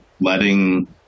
letting